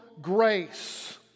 grace